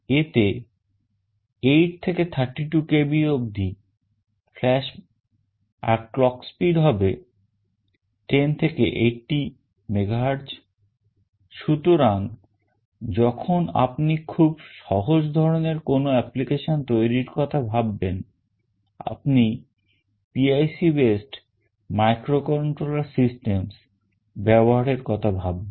এতে 8 থেকে 32 kb অবধি flash আর clock speed হবে 10 থেকে 80 MHz সুতরাং যখন আপনি খুব সহজ ধরনের কোন application তৈরীর কথা ভাববেন আপনি PIC based microcontroller systems ব্যবহারের কথা ভাববেন